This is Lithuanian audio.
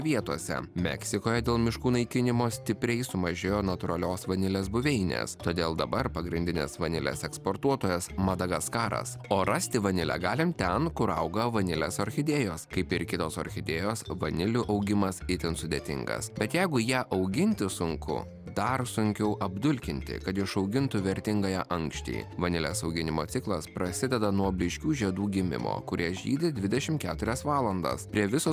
vietose meksikoje dėl miškų naikinimo stipriai sumažėjo natūralios vanilės buveinės todėl dabar pagrindines vanilės eksportuotojas madagaskaras o rasti vanilę galime ten kur auga vanilės orchidėjos kaip ir kitos orchidėjos vanilių augimas itin sudėtingas tad jeigu ją auginti sunku dar sunkiau apdulkinti kad išaugintų vertingąją ankštį vanilės auginimo ciklas prasideda nuo blyškių žiedų gimimo kurią žydi dvidešimt keturias valandas prie viso